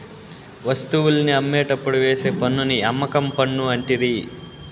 వస్తువుల్ని అమ్మేటప్పుడు వేసే పన్నుని అమ్మకం పన్ను అంటిరి